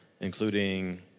including